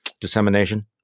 dissemination